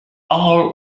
all